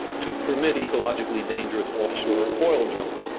to permit ecologically dangerous offshore oil drilling,